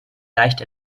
leicht